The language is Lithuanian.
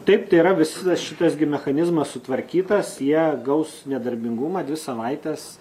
taip tai yra visada šitas gi mechanizmas sutvarkytas jie gaus nedarbingumą dvi savaites